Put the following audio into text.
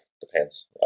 depends